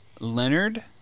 Leonard